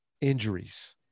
injuries